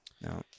no